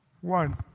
One